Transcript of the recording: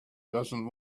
doesn’t